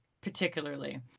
particularly